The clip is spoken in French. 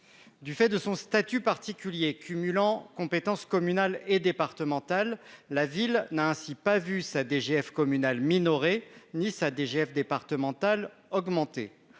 du fait de son statut particulier cumulant compétences communales et départementales, la ville n'a ainsi pas vu ça DGF communal minoré Nice DGF départemental augmenter